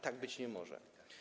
Tak być nie może.